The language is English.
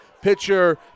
Pitcher